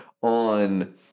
on